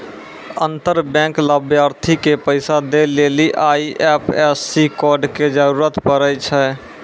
अंतर बैंक लाभार्थी के पैसा दै लेली आई.एफ.एस.सी कोड के जरूरत पड़ै छै